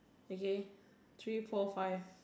okay three four five